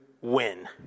win